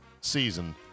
season